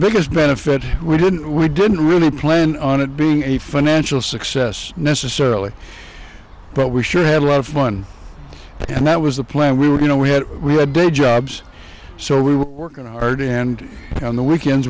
biggest benefit we didn't we didn't really plan on it being a financial success necessarily but we sure had a lot of fun and that was the plan we were you know we had we had day jobs so we were working hard and on the weekends